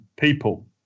people